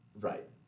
Right